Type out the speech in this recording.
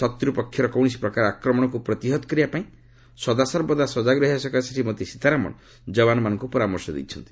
ଶତ୍ର ପକ୍ଷର କୌଣସି ପ୍ରକାର ଆକ୍ରମଣକୁ ପ୍ରତିହତ କରିବା ପାଇଁ ସଦାସର୍ବଦା ସଜାଗ ରହିବା ସକାଶେ ଶ୍ରୀମତୀ ସୀତାରମଣ ଯବାନ୍ମାନଙ୍କୁ ପରାମର୍ଶ ଦେଇଛନ୍ତି